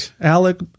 alec